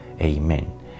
Amen